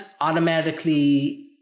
automatically